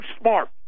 smart